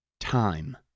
Time